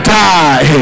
die